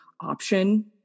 option